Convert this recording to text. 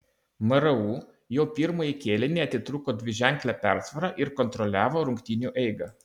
mru jau pirmąjį kėlinį atitrūko dviženkle persvara ir kontroliavo rungtynių eigą